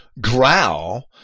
growl